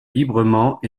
librement